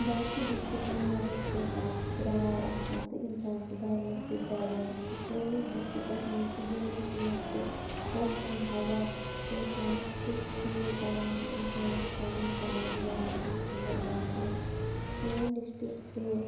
باقٕے ڈِسٹِکَن منٛز چھِ تاپہٕ کرٛاے آسان تہٕ اِنسان چھُ گرمہٕ سۭتۍ دزان سٲنِس ڈِسٹِکَس منٛز چھُ جوٗنَس منٛز تہِ ٹھنٛڈ ٹھنٛڈٕ ہوا اِنسانَس تیُتھ فیٖل کران زِ اِنسانَس چھُ پَنُن پان جَنَتَس اَنٛدَر باسان سون ڈِسٹِک چھُ